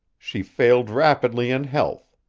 she failed rapidly in health,